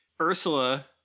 Ursula